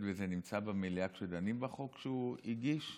בזה נמצא במליאה כשדנים בחוק שהוא הגיש,